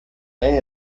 may